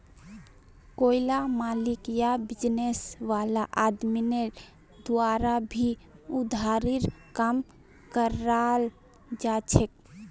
कोईला मालिक या बिजनेस वाला आदमीर द्वारा भी उधारीर काम कराल जाछेक